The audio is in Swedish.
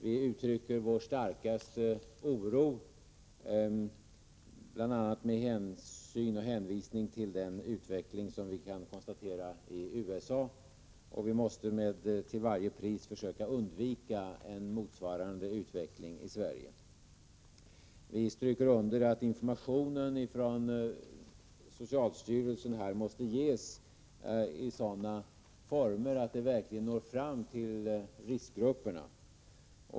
Vi uttrycker vår starkaste oro bl.a. med hänsyn till och med hänvisning till den utveckling vi kan konstatera i USA, och vi måste till varje pris försöka undvika en motsvarande utveckling i Sverige. Vi stryker under att informationen från socialstyrelsen måste ges i sådana former att den verkligen når fram till riskgrupperna.